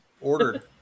Ordered